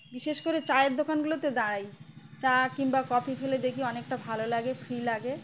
বিশেষ করে চায়ের দোকানগুলোতে দাঁড়াই চা কিংবা কফি খেলে দেখি অনেকটা ভালো লাগে ফ্রি লাগে